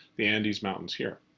the andes mountains here.